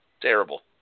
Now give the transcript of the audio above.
terrible